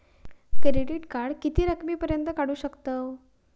Credit card किती रकमेपर्यंत काढू शकतव?